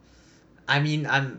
I mean I'm